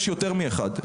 יש יותר מאחד.